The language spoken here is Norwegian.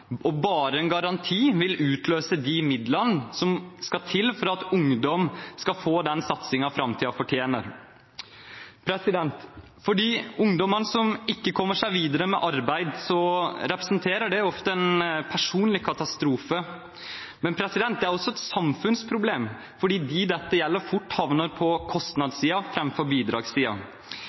og bare en garanti vil utløse de midlene som skal til for at ungdom skal få den satsingen framtiden fortjener. For de ungdommene som ikke kommer seg videre med arbeid, representerer det ofte en personlig katastrofe, men det er også et samfunnsproblem, fordi de dette gjelder, havner fort på